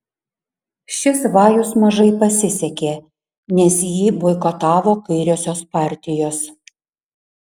šis vajus mažai pasisekė nes jį boikotavo kairiosios partijos